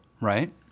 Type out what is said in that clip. right